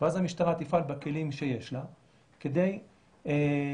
ואז המשטרה תפעל בכלים שיש לה כדי למנוע